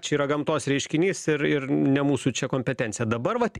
čia yra gamtos reiškinys ir ir ne mūsų čia kompetencija dabar vat